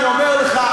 אני אומר לך,